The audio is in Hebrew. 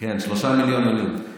כן, שלושה מיליון עולים.